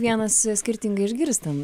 vienas skirtingai išgirsta nu